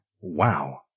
Wow